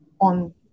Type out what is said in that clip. on